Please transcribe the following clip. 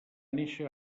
néixer